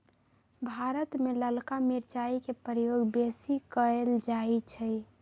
भारत में ललका मिरचाई के प्रयोग बेशी कएल जाइ छइ